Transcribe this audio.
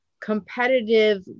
competitive